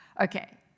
okay